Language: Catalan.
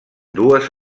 dues